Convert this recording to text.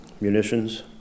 munitions